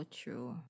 true